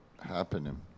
happening